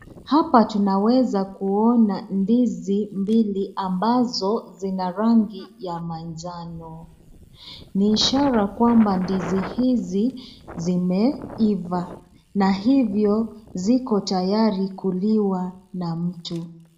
Hapa tunaweza kuona ndizi mbili ambazo zina rangi ya manjano. Ni ishara kwamba ndizi hizi zimeiva na hivyo ziko tayari kuliwa na mtu.